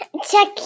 Check